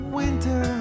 winter